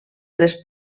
tres